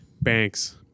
banks